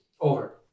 Over